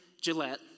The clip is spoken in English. Gillette